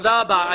תודה רבה.